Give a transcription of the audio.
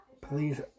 Please